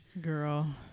Girl